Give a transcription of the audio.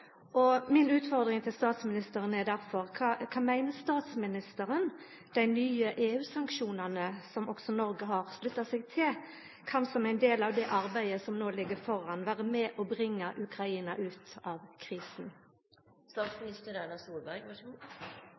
utfordring til statsministeren er difor: Meiner statsministeren dei nye EU-sanksjonane, som også Noreg har slutta seg til, som ein del av det arbeidet som nå ligg framføre, kan vera med og bringa Ukraina ut av